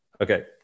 Okay